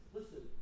Listen